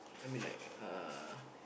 I mean like uh